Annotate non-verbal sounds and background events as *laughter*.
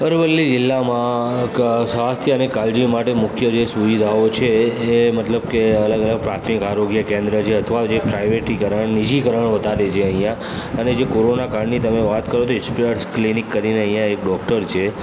અરવલ્લી જિલ્લામાં ક સ્વાસ્થ્ય અને કાળજી માટે મુખ્ય જે સુવિધાઓ છે એ મતલબ કે અલગ અલગ પ્રાથમિક આયોગ્ય કેન્દ્ર છે અથવા જે પ્રાઈવેટીકરણ નિજીકરણ વધારે છે અહીંયા હવે જે કોરોના કાળની તમે વાત કરો તો *unintelligible* ક્લિનિક કરીને અહીંયા એક ડૉક્ટર છે